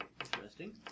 Interesting